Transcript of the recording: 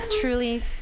truly